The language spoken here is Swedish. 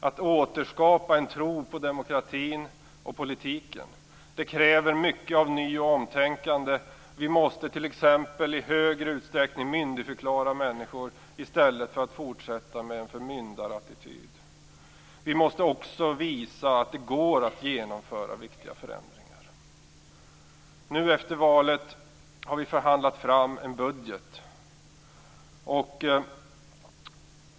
Att återskapa en tro på demokratin och politiken kräver mycket av ny och omtänkande. Vi måste t.ex. i högre utsträckning myndigförklara människor i stället för att fortsätta med en förmyndarattityd. Vi måste också visa att det går att genomföra viktiga förändringar. Nu efter valet har vi förhandlat fram en budget.